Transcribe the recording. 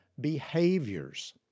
behaviors